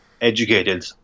educated